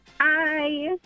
Hi